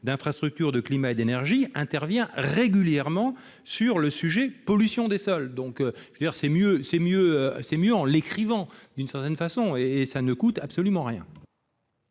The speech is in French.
d'infrastructures, de climat et d'énergie, intervient régulièrement sur le sujet de la pollution des sols. Cela irait donc mieux en l'écrivant, d'une certaine façon. La mesure ne coûterait absolument rien,